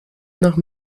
nach